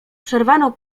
przerwano